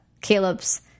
Caleb's